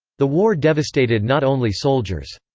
the war devastated not only soldiers.